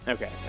Okay